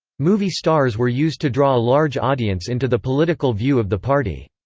movie stars were used to draw a large audience into the political view of the party.